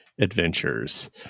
Adventures